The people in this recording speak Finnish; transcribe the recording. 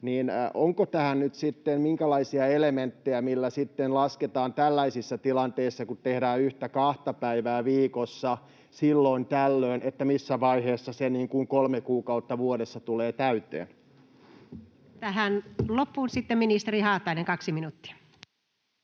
onko tähän nyt sitten minkälaisia elementtejä, millä lasketaan tällaisissa tilanteissa, kun tehdään yhtä kahta päivää viikossa silloin tällöin, missä vaiheessa se kolme kuukautta vuodessa tulee täyteen. Tähän loppuun sitten ministeri Haatainen, 2 minuuttia.